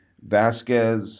Vasquez